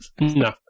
No